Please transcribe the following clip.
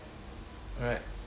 alright